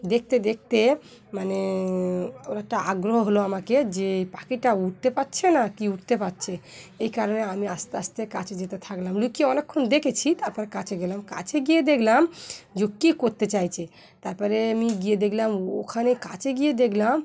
দেখতে দেখতে মানে ওর একটা আগ্রহ হলো আমাকে যে পাখিটা উঠতে পারছে না ক উঠতে পারছে এই কারণে আমি আস্তে আস্তে কাছে যেতে থাকলাম লুকি অনেকক্ষণ দেখেছি তারপর কাছে গেলাম কাছে গিয়ে দেখলাম য কী করতে চাইছে তারপরে আমি গিয়ে দেখলাম ওখানে কাছে গিয়ে দেখলাম